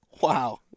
Wow